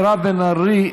מירב בן ארי,